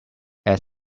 add